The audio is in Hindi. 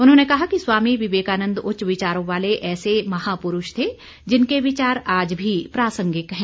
उन्होंने कहा कि स्वामी विवेकानन्द उच्च विचारों वाले ऐसे महापुरूष थे जिनके विचार आज भी प्रासंगिक हैं